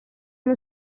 uno